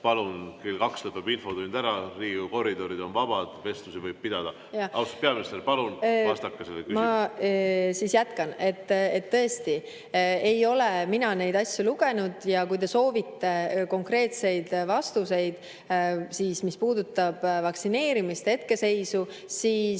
Ma siis jätkan. Tõesti ei ole mina neid asju lugenud. Ja kui te soovite konkreetseid vastuseid, mis puudutavad vaktsineerimise hetkeseisu, siis